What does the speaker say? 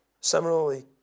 Similarly